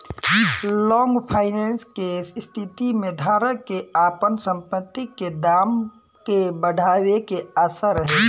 long finance के स्थिति में धारक के आपन संपत्ति के दाम के बढ़ावे के आशा रहेला